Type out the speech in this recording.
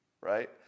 right